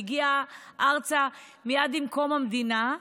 שהגיע ארצה מייד עם קום המדינה,